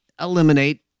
eliminate